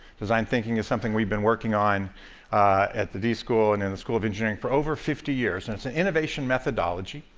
design thinking is something we've been working on at the d school and in the school of engineering for over fifty years, and it's an innovation methodology,